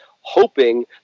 hoping